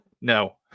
No